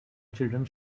children